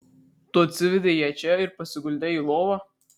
tu atsivedei ją čia ir pasiguldei į lovą